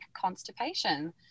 constipation